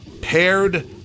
Paired